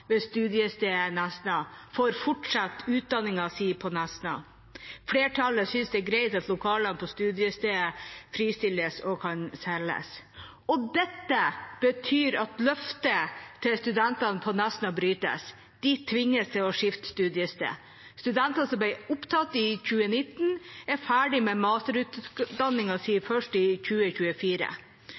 ved studiestedet Nesna, får fortsette utdanningen der. Flertallet synes det er greit at lokalene på studiestedet fristilles og kan selges. Og dette betyr at løftet til studentene på Nesna brytes, de tvinges til å skifte studiested. Studenter som ble tatt opp i 2019, er ferdig med masterutdanningen først i 2024.